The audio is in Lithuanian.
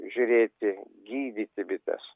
žiūrėti gydyti bites